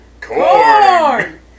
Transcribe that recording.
corn